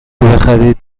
بخرید